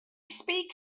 speak